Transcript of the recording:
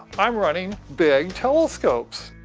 i'm running big telescopes.